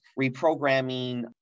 reprogramming